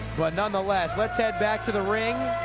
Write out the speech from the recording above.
but nonetheless let's head back to the ring,